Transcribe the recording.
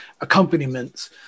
accompaniments